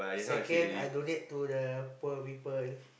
second I donate to the poor people